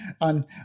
on